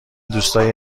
دوستایی